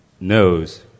knows